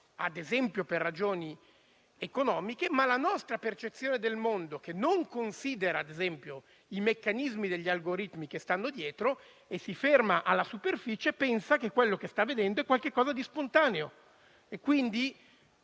ad esempio per ragioni economiche; una percezione che non considera i meccanismi degli algoritmi che le stanno dietro e si ferma alla superficie pensa che quello che sta vedendo è qualcosa di spontaneo, quindi